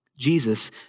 Jesus